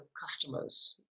customers